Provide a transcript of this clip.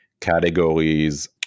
categories